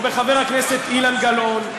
או בחבר הכנסת אילן גילאון,